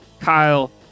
Kyle